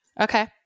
Okay